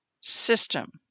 system